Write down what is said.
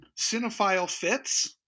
CinephileFits